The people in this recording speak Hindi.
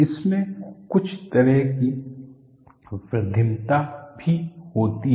इसमें कुछ तरह की बुद्धिमत्ता भी होती है